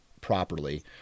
properly